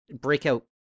breakout